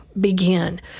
begin